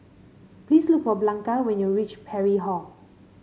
please look for Blanca when you reach Parry Hall